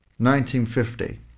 1950